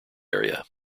area